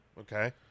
Okay